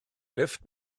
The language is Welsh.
lifft